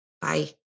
Bye